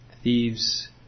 Thieves